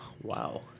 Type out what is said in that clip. Wow